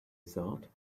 thought